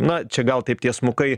na čia gal taip tiesmukai